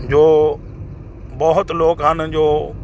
ਜੋ ਬਹੁਤ ਲੋਕ ਹਨ ਜੋ